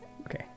okay